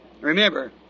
Remember